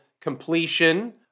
completion